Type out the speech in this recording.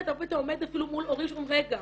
הרבה פעמים אתה עומד אפילו מול הורים שאומרים רגע,